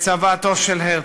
כצוואתו של הרצל,